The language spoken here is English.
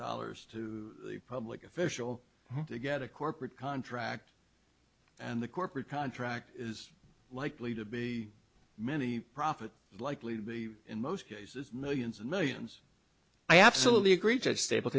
dollars to the public official to get a corporate contract and the corporate contract is likely to be many profit likely to be in most cases millions and millions i absolutely agree judge staple